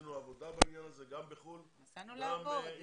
עשינו עבודה בעניין הזה גם בחו"ל -- נסענו לעבוד.